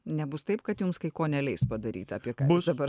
nebus taip kad jums kai ko neleis padaryt apie ką dabar